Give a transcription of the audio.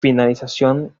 finalización